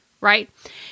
right